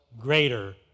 greater